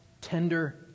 tender